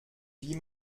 wie